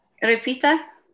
repita